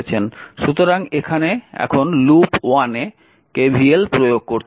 সুতরাং এখানে এখন লুপ ওয়ানে KVL প্রয়োগ করতে হবে